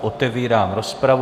Otevírám rozpravu.